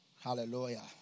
Hallelujah